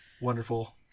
wonderful